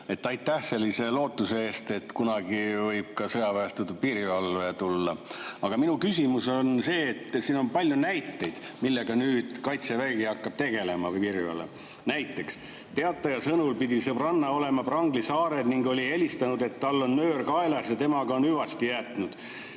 Aitäh sellise lootuse eest, et kunagi võib ka sõjaväestatud piirivalve tulla. Aga minu küsimus on see. Siin on palju näiteid, millega nüüd Kaitsevägi hakkab tegelema või piirivalve. Näiteks: teataja sõnul pidi sõbranna olema Prangli saarel ning oli helistanud, et tal on nöör kaelas ja temaga on hüvasti jäetud.